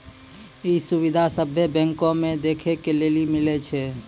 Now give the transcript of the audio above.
इ सुविधा सभ्भे बैंको मे देखै के लेली मिलै छे